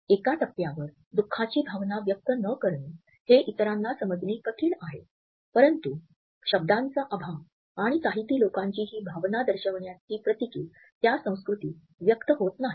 एका टप्प्यावर दुखाची भावना व्यक्त न करणे हे इतरांना समजणे कठीण आहे परंतु शब्दाचा अभाव आणि ताहिती लोकांची ही भावना दर्शवण्याची प्रतीके त्या संस्कृतीत व्यक्त होत नाहीत